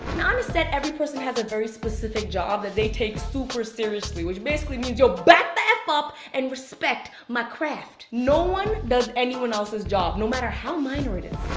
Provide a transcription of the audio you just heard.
on a set, every person has a very specific job that they take super seriously. which, basically means yo, back the f up and respect my craft! no one does anyone else's job, no matter how minor it is.